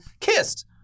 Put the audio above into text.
kissed